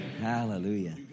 Hallelujah